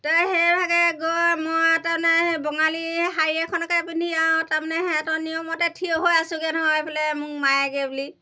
তা সেইভাগে গৈ মই তাৰমানে সেই বঙালী শাৰী এখনকে পিন্ধি আৰু তাৰমানে সিহঁতৰ নিয়মতে থিয় হৈ আছোগৈ নহয় এইফালে মোক মাৰেগৈ বুলি